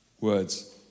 words